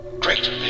Great